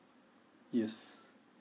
yes